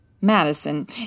Madison